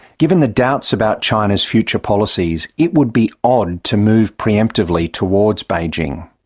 given the doubts about china's future policies, it would be odd to move pre-emptively towards beijing.